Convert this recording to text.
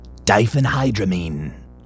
Diphenhydramine